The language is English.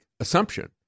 assumption